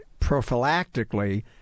prophylactically